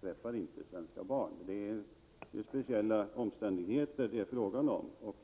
Det är speciella omständigheter och